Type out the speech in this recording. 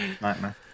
Nightmare